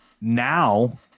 now